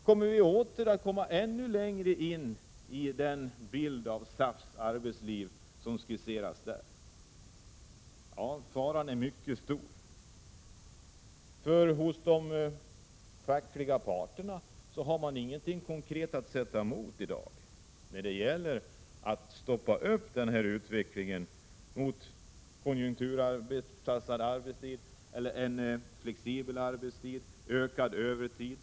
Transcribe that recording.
Kommer vi åter ännu närmare bilden av SAF:s arbetsliv? Ja, faran är mycket stor. De fackliga parterna har inget konkret att sätta emot i dag när det gäller att stoppa utvecklingen mot konjunkturanpassad arbetstid, flexibel arbetstid eller ökad övertid.